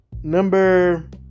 number